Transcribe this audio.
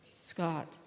Scott